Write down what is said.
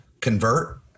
convert